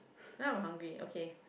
now I'm hungry okay